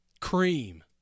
Cream